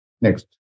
Next